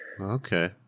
Okay